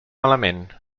malament